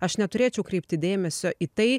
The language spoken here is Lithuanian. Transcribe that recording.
aš neturėčiau kreipti dėmesio į tai